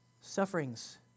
sufferings